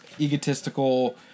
egotistical